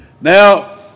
Now